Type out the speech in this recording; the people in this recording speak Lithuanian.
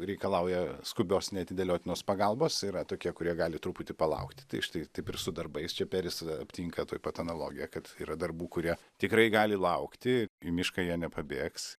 reikalauja skubios neatidėliotinos pagalbos yra tokie kurie gali truputį palaukti tai štai taip ir su darbais čia peris aptinka tuoj pat analogiją kad yra darbų kurie tikrai gali laukti į mišką jie nepabėgs